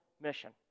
mission